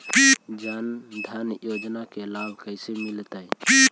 जन धान योजना के लाभ कैसे मिलतै?